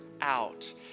out